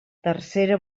tercera